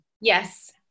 Yes